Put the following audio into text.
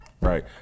right